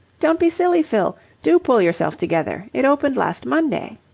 don't be silly, fill. do pull yourself together. it opened last monday.